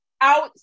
out